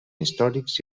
històrics